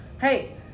hey